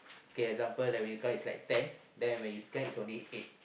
kay example like when you count is like ten then when you scan is only eight